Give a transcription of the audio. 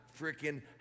freaking